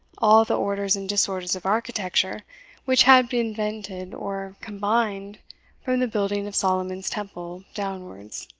all the orders and disorders of architecture which had been invented or combined from the building of solomon's temple downwards.